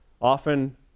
Often